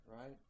right